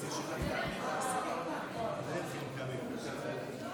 חבר הכנסת טופורובסקי, בבקשה.